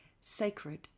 sacred